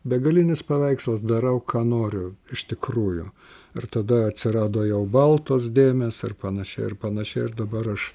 begalinis paveikslas darau ką noriu iš tikrųjų ir tada atsirado jau baltos dėmės ar panašiai ar panašiai ir dabar aš